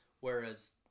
Whereas